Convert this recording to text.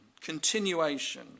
continuation